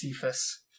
Cephas